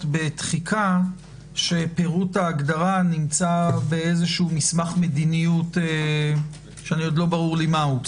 בדחיקה שפירוט ההגדרה נמצא במסמך מדיניות שעוד לא ברור לי מהו.